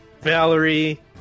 Valerie